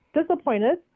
disappointed